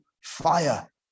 fire